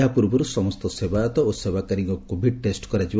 ଏଥି ପୂର୍ବରୁ ସମସ୍ତ ସେବାୟତଓ ସେବାକାରୀଙ୍କ କୋଭିଡ଼୍ ଟେଷ୍ କରାଯିବ